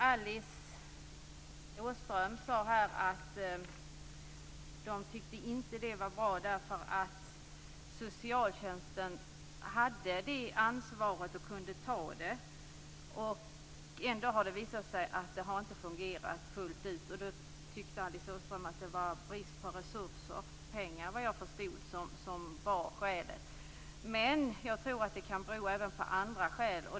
Alice Åström sade att man i Vänsterpartiet inte tycker att det är bra därför att socialtjänsten har ansvaret och kan ta det. Ändå har det visat sig att det inte har fungerat fullt ut. Alice Åström tyckte, vad jag förstod, att skälet var brist på pengar. Jag tror att det även kan bero på andra saker.